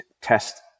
test